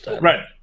right